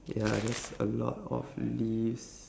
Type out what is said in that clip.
ya just a lot of leaves